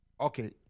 Okay